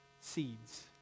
seeds